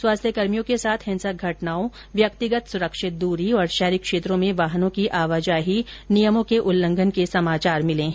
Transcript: स्वास्थ्यकर्मियों के साथ हिंसक घटनाओं व्यक्तिगत सुरक्षित दूरी और शहरी क्षेत्रों में वाहनों की आवाजाही नियमों के उल्लंघन के समाचार मिले हैं